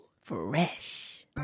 fresh